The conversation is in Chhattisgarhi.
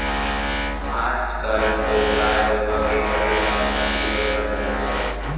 आजकल तो गाय गरुवा के पलई ह कमती होय बर धर ले हवय